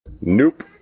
Nope